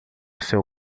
seu